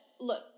look